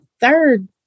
third